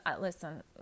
listen